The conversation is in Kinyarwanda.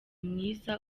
mwiza